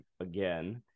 again